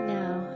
now